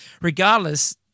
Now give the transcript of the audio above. regardless